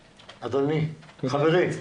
חברי,